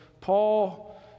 Paul